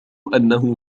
أنه